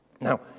Now